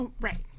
Right